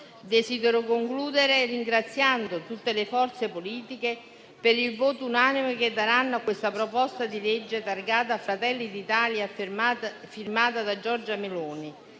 Desidero concludere ringraziando tutte le forze politiche per il voto unanime che daranno al disegno di legge in esame, targato Fratelli d'Italia e firmato da Giorgia Meloni.